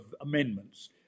amendments